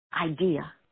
idea